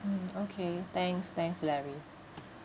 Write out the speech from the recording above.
mm okay thanks thanks larry